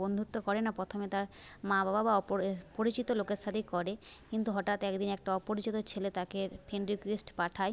বন্ধুত্ব করে না প্রথমে তার মা বাবা বা অপরে পরিচিত লোকের সাথেই করে কিন্তু হঠাৎ এক দিন একটা অপরিচিত ছেলে তাকে ফ্রেন্ড রিকোয়েস্ট পাঠায়